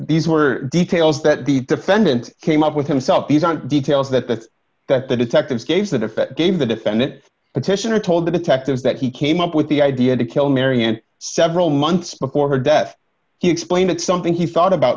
these were details that the defendant came up with himself these aren't details that the that the detectives gave that if it gave the defendant petitioner told the detectives that he came up with the idea to kill mary and several months before her death he explained it something he thought about